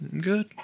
Good